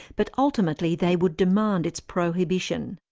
but ultimately they would demand its prohibition.